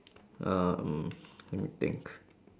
um let me think